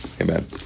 Amen